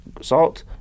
salt